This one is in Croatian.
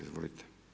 Izvolite.